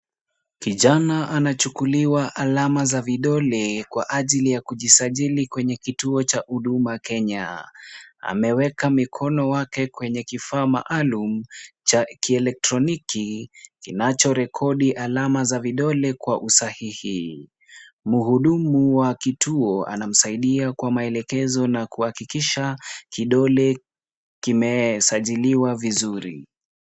Kijana anachukuliwa alama za vidole kwa ajili ya kujisajili kwenye kituo cha Huduma Kenya. Amewekwa mkono wake kwenye kifaa cha kielektroniki, kinachorekodi alama za vidole kwa usahihi. Mhudumu wa kituo anamsaidia kwa maelekezo na kuhakikisha ya kwamba, kidole kimesajiliwa vizuri.